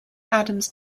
adams